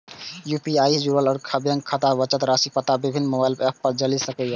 UPI सं जुड़ल bank खाताक बचत राशिक पता विभिन्न मोबाइल एप सं चलि सकैए